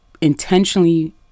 intentionally